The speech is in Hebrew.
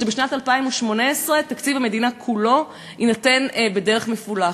בשנת 2018 תקציב המדינה כולו יינתן בדרך מפולחת.